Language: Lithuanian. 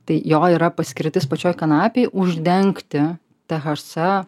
tai jo yra paskirtis pačioj kanapėj uždengti thc